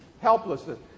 helplessness